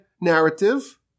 narrative